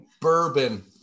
bourbon